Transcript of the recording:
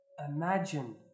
Imagine